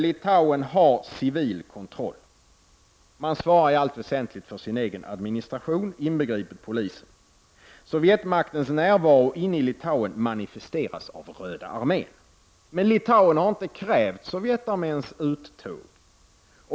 Litauen har civil kontroll. Litauen svarar i allt väsentligt för sin egen administration, inbegripet polisen. Sovjetmaktens närvaro inne i Litauen manifesteras av Röda armén. Men Litauen har inte krävt Sovjetarméns uttåg.